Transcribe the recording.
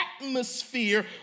atmosphere